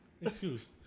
Excuse